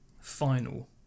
Final